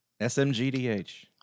SMGDH